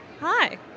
Hi